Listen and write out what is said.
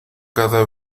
cada